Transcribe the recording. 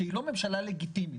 שהיא לא ממשלה לגיטימית.